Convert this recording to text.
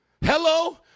hello